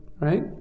right